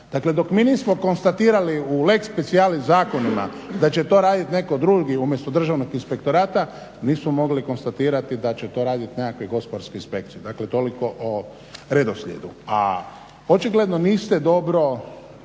Dakle, dok mi nismo konstatirali u lex specialis zakonima da će to raditi netko drugi umjesto Državnog inspektorata nismo mogli konstatirati da će to raditi nekakve gospodarske inspekcije. Dakle, toliko o redoslijedu. A očigledno niste dobro